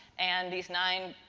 and these nine